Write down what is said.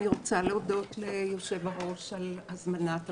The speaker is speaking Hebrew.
אני רוצה להודות ליושב-הראש על הזמנת הוועדה.